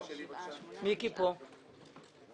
הצבעה